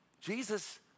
Jesus